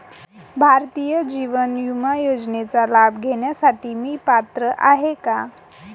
भारतीय जीवन विमा योजनेचा लाभ घेण्यासाठी मी पात्र आहे का?